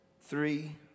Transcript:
Three